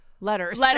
letters